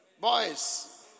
Boys